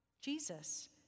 Jesus